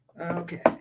okay